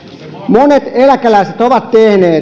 monet eläkeläiset ovat tehneet